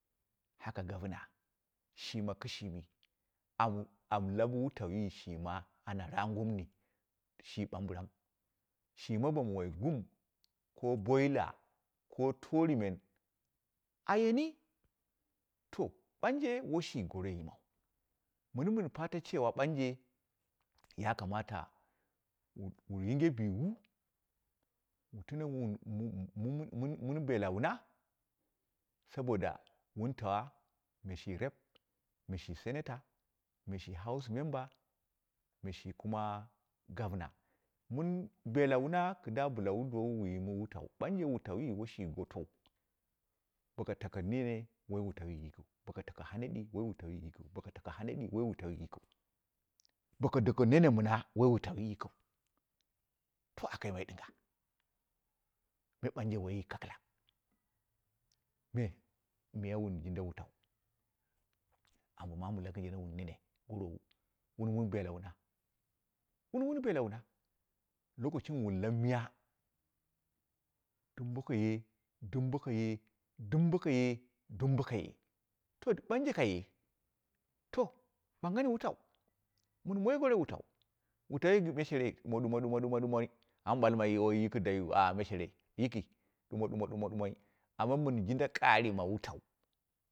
Haka gomna shi ma kɨshimi am am lamma rangumni shi ɓambɨram, shima bomu wai gum ko boila ko torumen a yeni ɓanje woi shi goro emmau mɨni mɨn fata cewa ɓanje ya kamata mɨ yinge bimu mi tune mum mum mɨn beela wuna saboda wun tawo me shi rep, me shi senator, me shi house member, me shi senator, me shi house member, me shi kuma gomna mɨn beela wuna kidda bɨla wu yimu wutau ɓanje wutauwi woi shi gotou, boko taka nene woi wutauwi yikiu, boko tako hane woi wutauwi yikiu, nene woi wutau yikiu boko tako hone woi wutauwi yikiu, boko doko nene mɨna woi wutauwi yikiu, to aka yimai ɗɨnga? Me ɓanje woiyi kakɨlaki me miya wun jinda wutau ambo maamu lakɨrjen wun gorowu nene. Wuni wun beela wuna, wuni wun beel wuna, loko cim wun lan miya dɨm boko ye, dɨm bokoye, ɗɨm bokoye to ɓanje ka ye to ɓanghani wutau, mɨn moi goro wutau, wutauwi me sherei ɗumoɗi moi ɗumoɗumo ɗumoɗumoi.